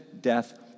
death